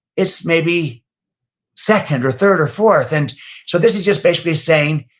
it's maybe second, or third or fourth. and so, this is just basically saying,